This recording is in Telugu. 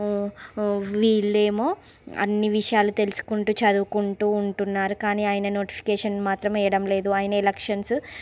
వీళ్ళేమో అన్ని విషయాలు తెలుసుకుంటూ చదువుకుంటూ ఉంటున్నారు కానీ ఆయన నోటిఫికేషన్ మాత్రం వేయడం లేదు అయన ఎలక్షన్స్